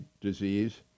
disease